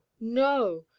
No